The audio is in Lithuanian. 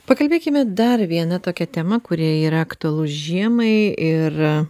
pakalbėkime dar viena tokia tema kuri yra aktualu žiemai ir